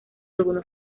algunos